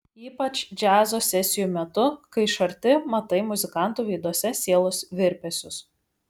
ypač džiazo sesijų metu kai iš arti matai muzikantų veiduose sielos virpesius